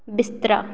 ਬਿਸਤਰਾ